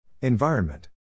Environment